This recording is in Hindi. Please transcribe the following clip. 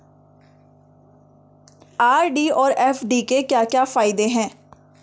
आर.डी और एफ.डी के क्या क्या फायदे हैं?